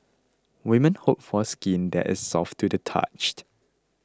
women hope for skin that is soft to the touched